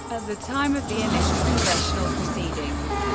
at the time of the initial congressional proceedings,